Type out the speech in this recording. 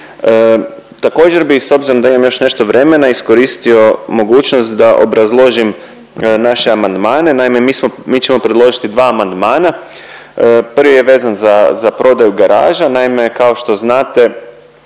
Također bi s obzirom da imam još nešto vremena iskoristio mogućnost da obrazložim naše amandmane. Naime, mi smo, mi ćemo predložiti dva amandmana. Prvi je vezan za, za prodaju garaža. Naime, kao što znate